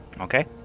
okay